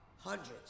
hundreds